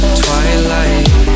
twilight